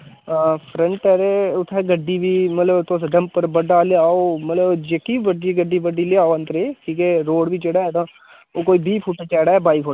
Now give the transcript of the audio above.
हां फ्रंट ऐ ते उत्थै गड्डी बी मतलब तुस डम्पर बड्डा लेहाओ मतलब जेह्की बड्डी गड्डी बड्डी लेहाओ अंदरै की के रोड़ बी जेह्ड़ा ऐ ओह् कोई बीह् फुट चैड़ा ऐ बाई फुट